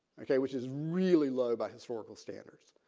ok. which is really low by historical standards.